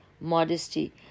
modesty